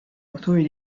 autori